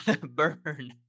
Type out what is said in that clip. burn